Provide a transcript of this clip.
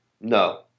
No